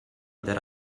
that